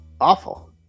awful